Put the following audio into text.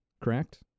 correct